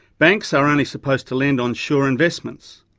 banks are only supposed to lend on sure investments.